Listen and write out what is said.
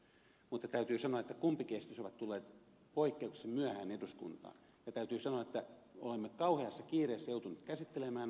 mutta täytyy sanoa että kumpikin esitys on tullut poikkeuksellisen myöhään eduskuntaan ja täytyy sanoa että olemme kauheassa kiireessä joutuneet käsittelemään asiaa